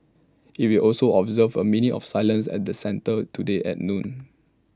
IT will also observe A minute of silence at the centre today at noon